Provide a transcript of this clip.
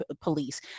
police